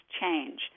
change